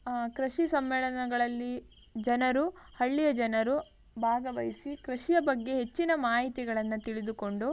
ಕೃಷಿ ಸಮ್ಮೇಳನಗಳಲ್ಲಿ ಜನರು ಹಳ್ಳಿಯ ಜನರು ಭಾಗವಹಿಸಿ ಕೃಷಿಯ ಬಗ್ಗೆ ಹೆಚ್ಚಿನ ಮಾಹಿತಿಗಳನ್ನು ತಿಳಿದುಕೊಂಡು